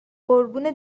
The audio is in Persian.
قربون